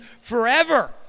forever